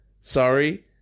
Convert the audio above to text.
sorry